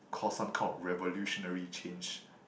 cause some call revolutionary change